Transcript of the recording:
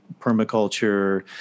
permaculture